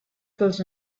those